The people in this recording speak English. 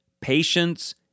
patience